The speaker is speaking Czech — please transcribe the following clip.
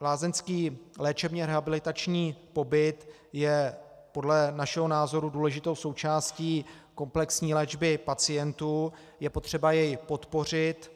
Lázeňský léčebně rehabilitační pobyt je podle našeho názoru důležitou součástí komplexní léčby pacientů, je potřeba jej podpořit.